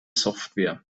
software